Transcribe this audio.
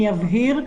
אני אבהיר,